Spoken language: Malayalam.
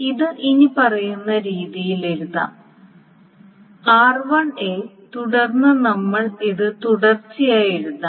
ഇത് ഇനിപ്പറയുന്ന രീതിയിൽ എഴുതാം r1 തുടർന്ന് നമ്മൾ ഇത് തുടർച്ചയായി എഴുതാം